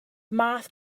math